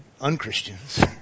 un-Christians